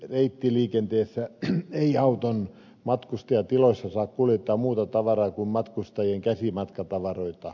reittiliikenteessä ei auton matkustajatiloissa saa kuljettaa muuta tavaraa kuin matkustajien käsimatkatavaroita